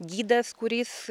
gidas kuris